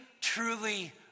truly